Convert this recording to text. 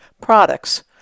products